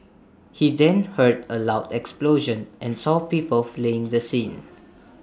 he then heard A loud explosion and saw people fleeing the scene